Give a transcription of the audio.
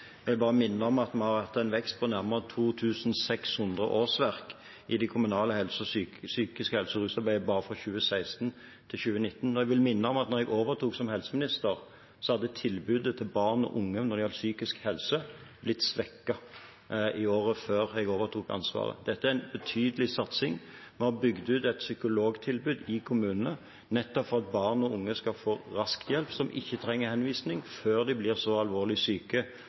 Jeg vil bare minne om at vi har hatt en vekst på nærmere 2 600 årsverk i det kommunale psykisk helse- og rusarbeidet bare for 2016–2019. Jeg vil minne om at da jeg overtok som helseminister, hadde tilbudet til barn og unge når det gjaldt psykisk helse, blitt svekket i året før jeg overtok ansvaret. Dette er en betydelig satsing. Vi har bygd ut et psykologtilbud i kommunene nettopp for at barn og unge skal få rask hjelp som ikke trenger henvisning før de blir så alvorlig syke